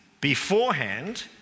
beforehand